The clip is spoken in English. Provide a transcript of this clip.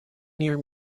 near